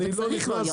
וצריך לא להיות יבוא.